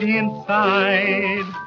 inside